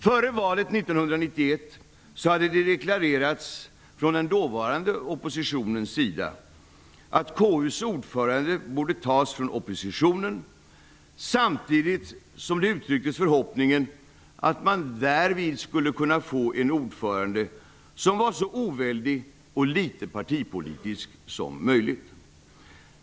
Före valet 1991 hade det deklarerats från den dåvarande oppositionens sida att KU:s ordförande borde tas från oppositionen, samtidigt som det uttrycktes förhoppningen att man därvid skulle kunna få en ordförande som var så oväldig och litet partipolitisk som möjligt.